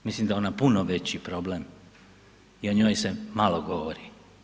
Mislim da je ona puno veći problem i on njoj se malo govori.